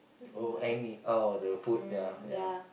oh Annie oh the food ya ya